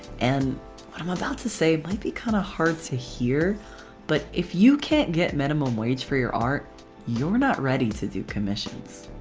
and what i'm about to say but it'd be kind of hard to hear but if you can't get minimum wage for your art you're not ready to do commissions.